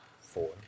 Four